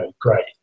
great